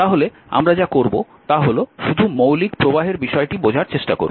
তাহলে আমরা যা করব তা হল শুধু মৌলিক প্রবাহের বিষয়টি বোঝার চেষ্টা করব